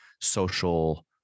social